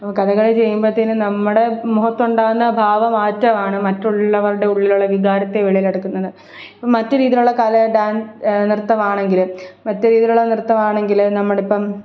നമ്മൾ കഥകളി ചെയ്യുമ്പോഴത്തേക്കും നമ്മുടെ മുഖത്തുണ്ടാകുന്ന ഭാവമാറ്റമാണ് മറ്റുള്ളവരുടെ ഉള്ളിലുള്ള വികാരത്തെ വെളിയിലെടുക്കുന്നത് ഇപ്പം മറ്റ് രീതിയിലുള്ള കല ഡാൻസ് നൃത്തമാണെങ്കിലും മറ്റു രീതിയിലുള്ള നൃത്തമാണെങ്കിൽ നമ്മളിപ്പം